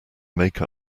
make